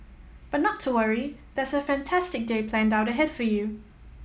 but not to worry there's a fantastic day planned out ahead for you